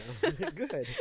Good